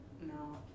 No